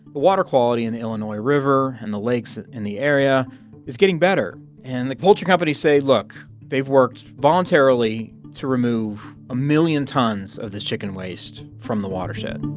the water quality in the illinois river and the lakes in the area is getting better. and the poultry companies say, look, they've worked voluntarily to remove a million tons of this chicken waste from the watershed